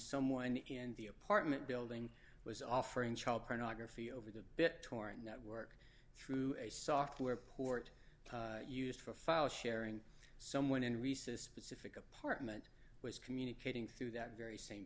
someone in the apartment building was offering child pornography over the bit torrent network through a software port used for file sharing someone in reese's specific apartment was communicating through that very same